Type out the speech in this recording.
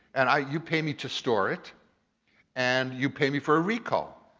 and ah you pay me to store it and you pay me for a recall.